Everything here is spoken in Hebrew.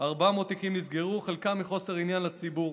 400 תיקים נסגרו, חלקם מחוסר עניין לציבור.